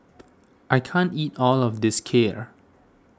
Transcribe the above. I can't eat all of this Kheer